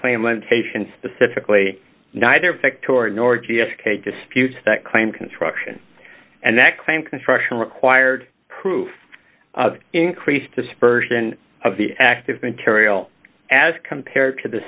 claim limitation specifically neither victoria nor g s k disputes that claim construction and that claim construction required proof of increased dispersion of the active material as compared to the